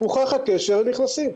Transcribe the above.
הוכח הקשר הם נכנסים.